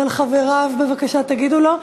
אבל חבריו, בבקשה תגידו לו.